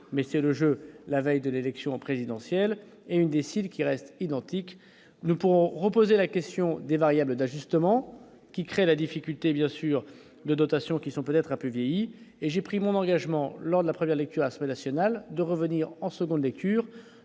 mais c'est le jeu, la veille de l'élection présidentielle et une cils qui restent identiques pourront reposer la question des variables d'ajustement qui crée la difficulté bien sûr de dotations qui sont peut-être un peu vieilli, et j'ai pris mon engagement lors de après la lecture à ce national de revenir en seconde lecture